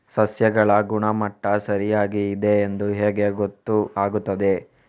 ಸಸ್ಯಗಳ ಗುಣಮಟ್ಟ ಸರಿಯಾಗಿ ಇದೆ ಎಂದು ಹೇಗೆ ಗೊತ್ತು ಆಗುತ್ತದೆ?